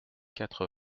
quatre